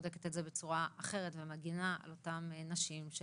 שבודקת את זה בצורה אחרת ומגנה על אותן נשים או גברים,